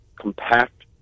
compact